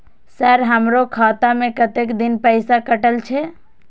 Sir हमारो खाता में कतेक दिन पैसा कटल छे?